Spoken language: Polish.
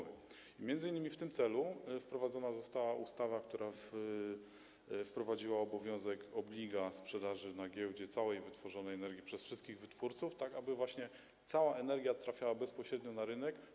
W tym celu m.in. uchwalona została ustawa, która wprowadziła obowiązek obliga sprzedaży na giełdzie całej wytworzonej energii przez wszystkich wytwórców, tak aby właśnie cała energia trafiała bezpośrednio na rynek.